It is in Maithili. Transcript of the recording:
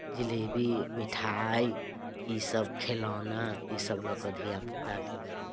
जिलेबी मिठाइ ईसभ खेलौना ईसभ लऽ कऽ धियापुताके लऽ कऽ